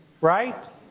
right